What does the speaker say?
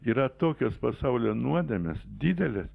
yra tokios pasaulio nuodėmės didelės